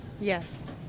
Yes